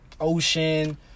Ocean